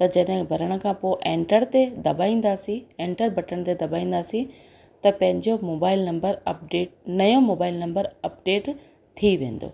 त जॾहिं भरण खां पोइ ऐंटर ते दॿाईंदासीं ऐंटर बटन दबाईंदासीं त पंहिंजो मोबाइल नंबर अपडेट नओं मोबाइल नंबर अपडेट थी वेंदो